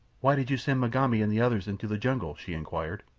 why did you send mugambi and the others into the jungle? she inquired.